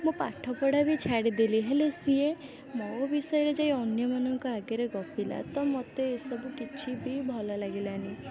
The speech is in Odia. ମୋ ପାଠପଢ଼ା ବି ଛାଡ଼ି ଦେଲି ହେଲେ ସିଏ ମୋ ବିଷୟରେ ଯାଇ ଅନ୍ୟମାନଙ୍କ ଆଗରେ ଗପିଲା ତ ମୋତେ ଏସବୁ କିଛି ବି ଭଲ ଲାଗିଲାନି